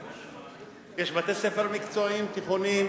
יש בתי-ספר מקצועיים, תיכונים,